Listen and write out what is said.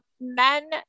men